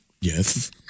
Yes